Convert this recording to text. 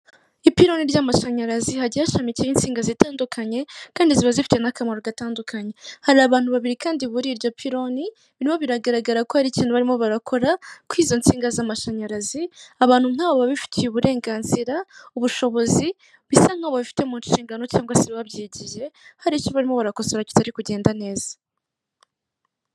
Ipironi ry'amashanyarazi hagiyeho hashamikiyeho insinga zitandukanye, kandi ziba zifite n'akamaro gatandukanye, hari abantu babiri kandi muri iryo pironi biriho biragaragara ko hari ikintu barimo barakora kwizo nsinga z'amashanyarazi, abantu nkabo babifitiye uburenganzira ubushobozi bisa nkaho bafite mu nshingano, cyangwa se babyigiye hari icyo barimo barakosora kitarimo kugenda neza.